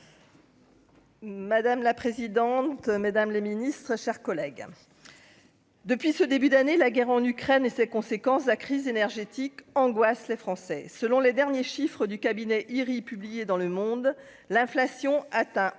Madame la présidente, mesdames les ministres, chers collègues. Depuis ce début d'année, la guerre en Ukraine et ses conséquences de la crise énergétique angoisse les Français, selon les derniers chiffres du cabinet IRI publié dans Le Monde, l'inflation atteint 11 96 % et